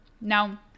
Now